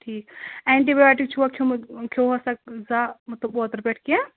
ٹھیٖک antibiotic چھُوا کھیٚومُت کھیٚوا سا زانٛہہ مطلب اوٗترٕ پیٚٹھٕ کیٚنٛہہ